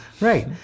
Right